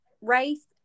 race